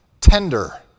tender